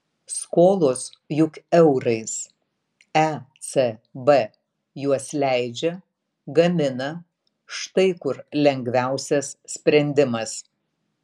skolos juk eurais ecb juos leidžia gamina štai kur lengviausias sprendimas